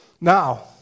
Now